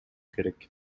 керек